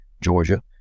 Georgia